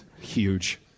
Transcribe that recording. huge